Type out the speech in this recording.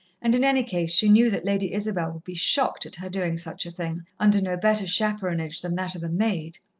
and, in any case, she knew that lady isabel would be shocked at her doing such a thing, under no better chaperonage than that of a maid.